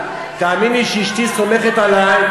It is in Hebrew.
תאמיני לי שאשתי סומכת עלי,